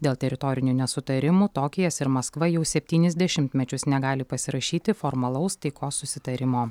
dėl teritorinių nesutarimų tokijas ir maskva jau septynis dešimtmečius negali pasirašyti formalaus taikos susitarimo